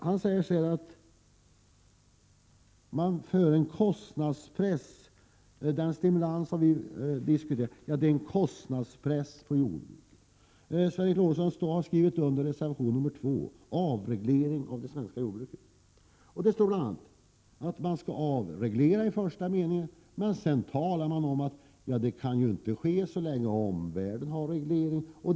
Han säger att den stimulans vi föreslår innebär en kostnadspress på jordbruket. Sven Eric Lorentzon har skrivit under reservation 2 om avreglering av det svenska jordbruket. Där står att man skall avreglera jordbruket. Men man talar sedan om att detta inte kan ske så länge omvärlden har regleringar.